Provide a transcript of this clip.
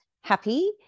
happy